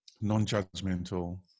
non-judgmental